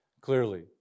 clearly